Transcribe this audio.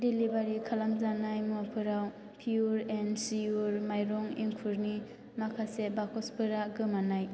delivery खालामजानाय मुवाफोराव पिय'र एन्ड शिय'र माइरं एंखुरनि माखासे बाकसुफोरा गोमानाय